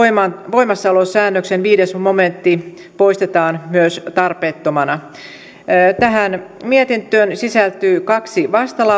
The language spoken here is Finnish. voimassaolosäännöksen viides momentti poistetaan tarpeettomana tähän mietintöön sisältyy kaksi